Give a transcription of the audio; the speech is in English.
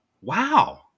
Wow